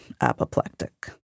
apoplectic